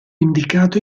indicato